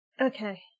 Okay